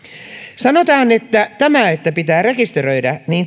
sanotaan että tämä että pitää rekisteröidä